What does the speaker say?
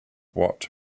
what